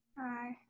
Hi